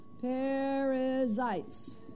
Parasites